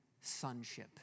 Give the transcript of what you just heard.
sonship